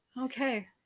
Okay